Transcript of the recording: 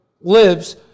lives